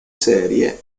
serie